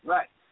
Right